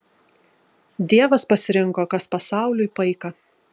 dievas pasirinko kas pasauliui paika